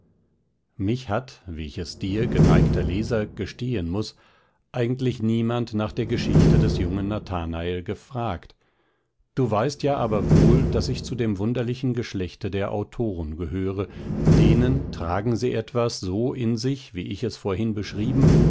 mich hat wie ich es dir geneigter leser gestehen muß eigentlich niemand nach der geschichte des jungen nathanael gefragt du weißt ja aber wohl daß ich zu dem wunderlichen geschlechte der autoren gehöre denen tragen sie etwas so in sich wie ich es vorhin beschrieben